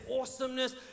awesomeness